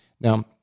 Now